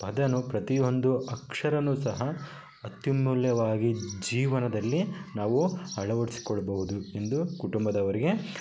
ಪದಾನು ಪ್ರತಿಯೊಂದು ಅಕ್ಷರನು ಸಹ ಅತ್ಯಮೂಲ್ಯವಾಗಿ ಜೀವನದಲ್ಲಿ ನಾವು ಅಳವಡ್ಸಿಕೊಳ್ಬೋದು ಎಂದು ಕುಟುಂಬದವರಿಗೆ